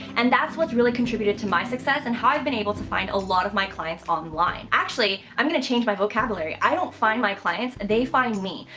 and that's what's really contributed to my success, and how i've been able to find a lot of my clients online. actually i'm going to change my vocabulary, i don't find my clients, they find me.